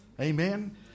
Amen